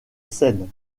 seine